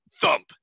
thump